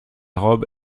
robe